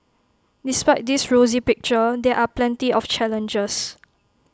despite this rosy picture there are plenty of challenges